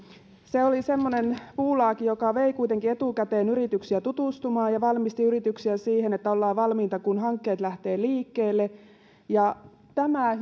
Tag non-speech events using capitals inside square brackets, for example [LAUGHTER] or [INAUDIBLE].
se oli semmoinen puulaaki joka vei kuitenkin etukäteen yrityksiä tutustumaan ja valmisti yrityksiä siihen että ollaan valmiita kun hankkeet lähtevät liikkeelle ja juuri tämä [UNINTELLIGIBLE]